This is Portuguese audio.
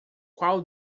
qual